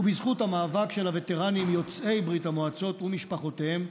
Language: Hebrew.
ובזכות המאבק של הווטרנים יוצאי ברית המועצות ומשפחותיהם,